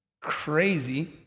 crazy